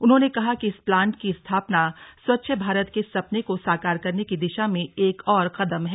उन्होंने कहा कि इस प्लांट की स्थापना स्वच्छ भारत के सपने को साकार करने की दिशा में एक और कदम है